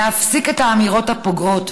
להפסיק את האמירות הפוגעות.